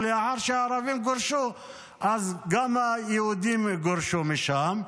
ולאחר שערבים גורשו אז גם היהודים גורשו משם.